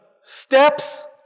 steps